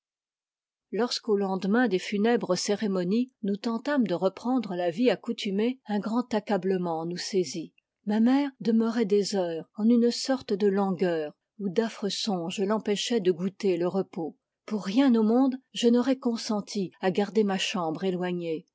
lorsqu'au lendemain des funèbres cérémonies nous tentâmes de reprendre la vie accoutumée un grand accablement nous saisit ma mère demeurait des heures en une sorte de langueur où d'affreux songes l'empêchaient de goûter le repos pour rien au monde je n'aurais consenti à garder ma chambre éloignée